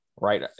right